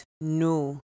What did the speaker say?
No